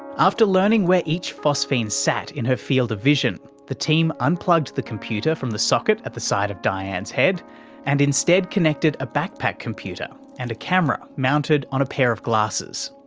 after learning where each phosphene sat in her field of vision, the team unplugged the computer from the socket at the side of dianne's head and instead connected a backpack computer and a camera mounted on a pair of glasses.